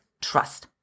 trust